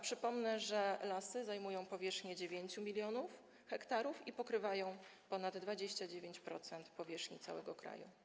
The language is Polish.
Przypomnę, że lasy zajmują powierzchnię 9 mln ha i pokrywają ponad 29% powierzchni całego kraju.